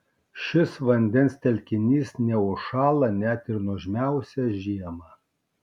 šis vandens telkinys neužšąla net ir nuožmiausią žiemą